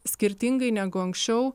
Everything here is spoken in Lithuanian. skirtingai negu anksčiau